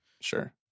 Sure